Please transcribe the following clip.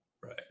right